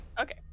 Okay